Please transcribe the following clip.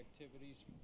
activities